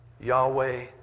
Yahweh